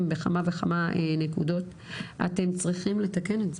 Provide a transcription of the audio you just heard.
בכמה וכמה נקודות ואתם צריכים לתקן את זה.